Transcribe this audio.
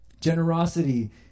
generosity